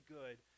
good